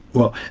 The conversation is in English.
well,